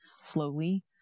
slowly